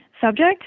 subject